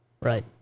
Right